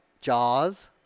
Jaws